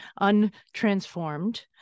untransformed